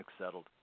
settled